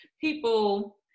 people